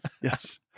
Yes